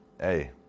Hey